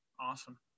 Awesome